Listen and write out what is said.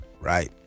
right